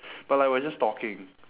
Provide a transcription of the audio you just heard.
but like we are just talking